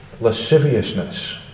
lasciviousness